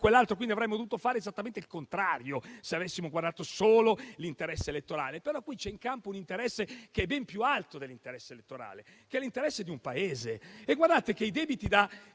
arrabbierà. Quindi, avremmo dovuto fare esattamente il contrario se avessimo guardato solo l'interesse elettorale. Però qui c'è in campo un interesse che è ben più alto di quello elettorale ed è l'interesse di un Paese. Guardate che i debiti da